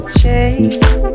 change